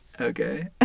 Okay